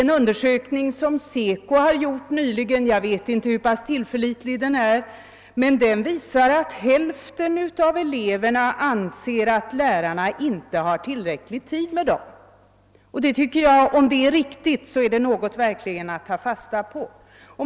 En undersökning som SECO har gjort nyligen — jag vet inte hur pass tillförlitlig den är — visar att hälften av eleverna anser att lärarna inte har tillräcklig tid med dem. Om det är riktigt, är det verkligen något att ta fasta på.